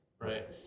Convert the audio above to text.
Right